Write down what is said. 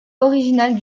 originale